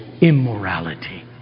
immorality